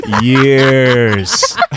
years